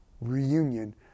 reunion